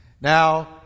Now